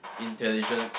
intelligence